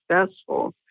successful